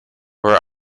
where